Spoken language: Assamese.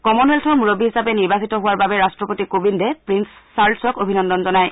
কমনৱেলথৰ মুৰববী হিচাপে নিৰ্বাচিত হোৱাৰ বাবে ৰাষ্ট্ৰপতি কোবিন্দে প্ৰিল্স চাৰ্লছক অভিনন্দন জনাই